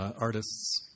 artists